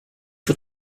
for